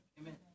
Amen